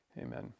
Amen